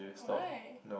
why